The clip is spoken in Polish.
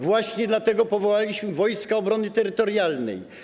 Właśnie dlatego powołaliśmy Wojska Obrony Terytorialnej.